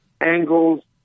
angles